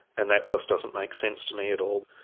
and that just doesn't make sense to me at all.